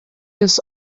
des